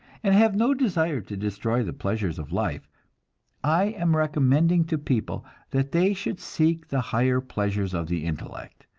and have no desire to destroy the pleasures of life i am recommending to people that they should seek the higher pleasures of the intellect,